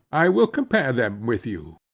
i will compare them with you.